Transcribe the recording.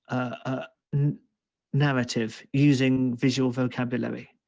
a narrative using visual vocabulary,